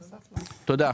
תודה.